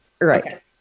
Right